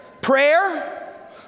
Prayer